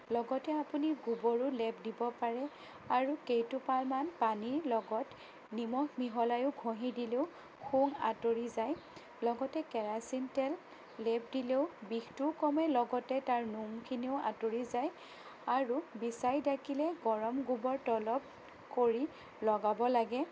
লগতে আপুনি গোবৰো লেপ দিব পাৰে আৰু কেইটোপালমান পানীৰ লগত নিমখ মিহলাইয়ো ঘঁহি দিলেও শুং আতৰি যায় লগতে কেৰাচিন তেল লেপ দিলেও বিষটোও কমে লগতে তাৰ নোমখিনিও আঁতৰি যায় আৰু বিছাই ডাকিলে গৰম গোবৰ তৰপ কৰি লগাব লাগে